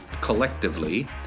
collectively